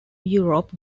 europe